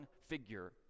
figure